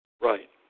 Right